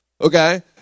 okay